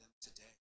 today